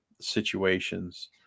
situations